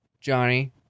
Johnny